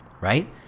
right